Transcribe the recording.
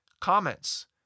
comments